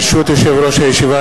ברשות יושב-ראש הישיבה,